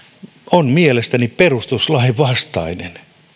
on mielestäni perustuslain vastainen